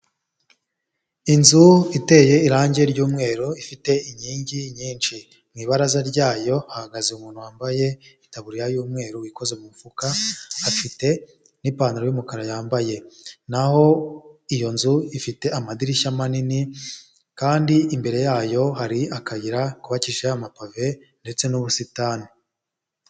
Inzu iteye irangi ry'umweru ifite inkingi nyinshi, mu ibaraza ryayo ahagaze umuntu wambaye taburiya y'umweru, wikoze mu mufuka afite n'ipantaro' y'umukara yambaye, naho iyo nzu ifite amadirishya manini kandi imbere yayo hari akayira kubakishije amapave ndetse n'ubusitani.